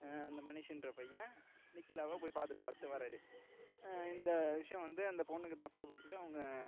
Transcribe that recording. அந்த மனிஷ்ன்ற பையன் நிகிலாவை போய் பார்த்துட்டு பார்த்துட்டு வரார் இந்த விஷயோம் வந்து அந்த பொண்ணுக்கு தப்பாப்படுது அவங்க